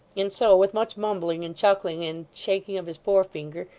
and so, with much mumbling and chuckling and shaking of his forefinger,